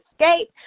Escape